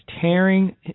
tearing